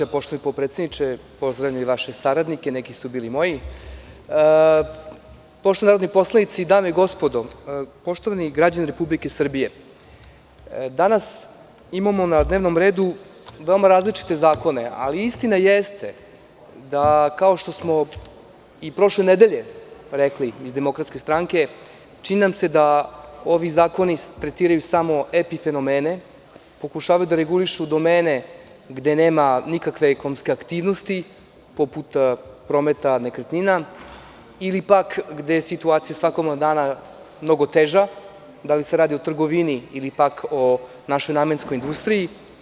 Poštovani potpredsedniče, pozdravljam i vaše saradnice, neki su bili i moji, poštovani narodni poslanici, dame i gospodo, poštovani građani Republike Srbije, danas imamo na dnevnom redu veoma različite zakone, ali istina jeste, kao što smo i prošle nedelje iz DS rekli, da nam se čini da ovi zakoni tretiraju samo epifenomene, pokušavaju da regulišu domene gde nema nikakve ekonomske aktivnosti, poput prometa nekretnina, ili pak gde je situacija svakog dana mnogo teža, da li se radi o trgovini ili pak o našoj namenskoj industriji.